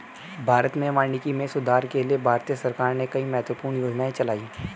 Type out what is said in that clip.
भारत में वानिकी में सुधार के लिए भारतीय सरकार ने कई महत्वपूर्ण योजनाएं चलाई